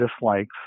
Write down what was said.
dislikes